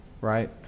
right